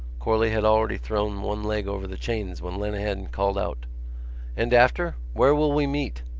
corley had already thrown one leg over the chains when lenehan called out and after? where will we meet?